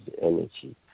energy